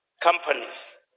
companies